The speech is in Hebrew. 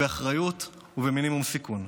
באחריות ובמינימום סיכון,